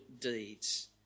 deeds